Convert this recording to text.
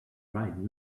right